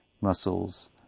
muscles